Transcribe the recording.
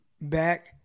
back